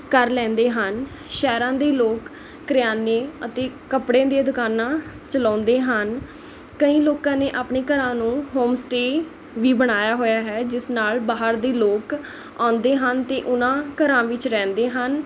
ਕਰ ਲੈਂਦੇ ਹਨ ਸ਼ਹਿਰਾਂ ਦੇ ਲੋਕ ਕਰਿਆਨੇ ਅਤੇ ਕੱਪੜਿਆਂ ਦੀਆਂ ਦੁਕਾਨਾਂ ਚਲਾਉਂਦੇ ਹਨ ਕਈ ਲੋਕਾਂ ਨੇ ਆਪਣੇ ਘਰਾਂ ਨੂੰ ਹੋਮ ਸਟੇਅ ਵੀ ਬਣਾਇਆ ਹੋਇਆ ਹੈ ਜਿਸ ਨਾਲ਼ ਬਾਹਰ ਦੇ ਲੋਕ ਆਉਂਦੇ ਹਨ ਅਤੇ ਉਹਨਾਂ ਘਰਾਂ ਵਿੱਚ ਰਹਿੰਦੇ ਹਨ